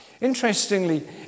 Interestingly